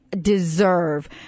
deserve